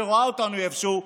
שרואה אותנו איפשהו,